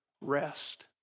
rest